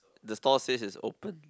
the stall says it's open